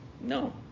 No